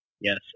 Yes